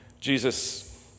Jesus